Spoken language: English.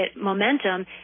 momentum